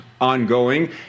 ongoing